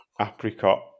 Apricot